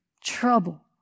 Trouble